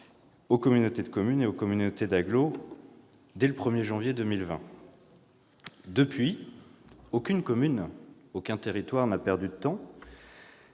aux communautés de communes et aux communautés d'agglomération dès le 1 janvier 2020. Depuis, aucune commune, aucun territoire n'a perdu de temps